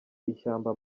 ishyamba